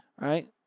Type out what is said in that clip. right